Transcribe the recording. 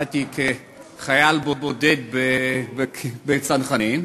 שירתי כחייל בודד בצנחנים,